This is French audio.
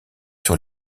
sur